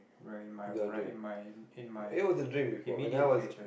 wearing my ri~ in my in my in my immediate future